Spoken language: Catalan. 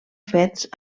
fets